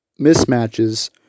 mismatches